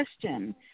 question